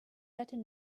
latin